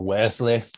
Wesley